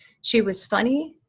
she was funny,